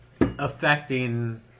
affecting